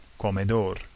comedor